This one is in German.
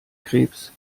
krebs